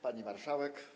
Pani Marszałek!